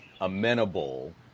amenable